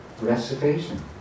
recitation